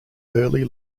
early